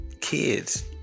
kids